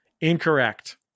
Incorrect